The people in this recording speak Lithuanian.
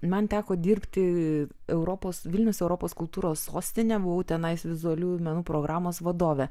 man teko dirbti europos vilnius europos kultūros sostinė buvau tenais vizualiųjų menų programos vadovė